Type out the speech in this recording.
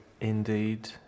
indeed